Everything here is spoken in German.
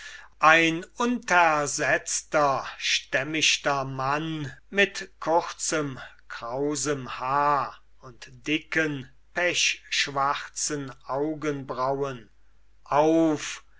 ein untersetzter stämmichter mann mit kurzem krausem haar und dicken pechschwarzen augenbraunen auf